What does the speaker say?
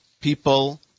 people